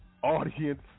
audience